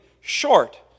short